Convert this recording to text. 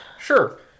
Sure